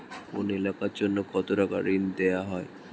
কোন এলাকার জন্য কত টাকা ঋণ দেয়া হয়?